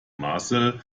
marcel